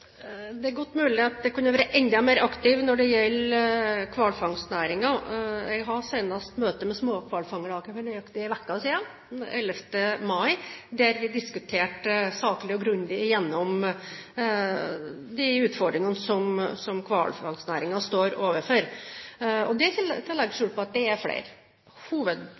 Det er godt mulig at jeg kunne vært enda mer aktiv når det gjelder hvalfangstnæringen. Jeg hadde senest et møte med småhvalfangerne for nøyaktig én uke siden, den 11. mai, der vi saklig og grundig diskuterte igjennom de utfordringene som hvalfangstnæringen står overfor. Jeg legger ikke skjul på at det er flere. Hovedproblemet, som jeg sa i mitt svar, er